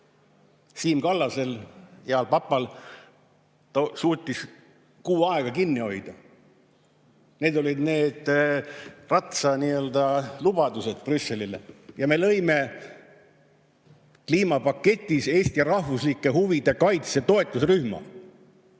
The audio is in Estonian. Siim Kallasel, heal papal, ta suutis kuu aega kinni hoida. Need olid need nii‑öelda ratsalubadused Brüsselile. Ja me lõime kliimapaketis Eesti rahvuslike huvide kaitse toetusrühma,